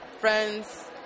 Friends